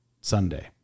Sunday